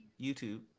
YouTube